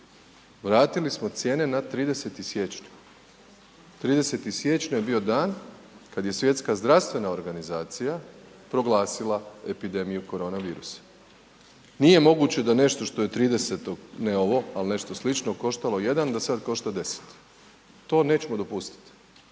Vratili smo cijene na 30. siječnja. 30. siječnja je bio dan kad je Svjetska zdravstvena organizacija proglasila epidemiju korona virusom. Nije moguće da nešto što je 30-tog, ne ovo, ali nešto slično koštalo 1, da sad košta 10. To nećemo dopustiti.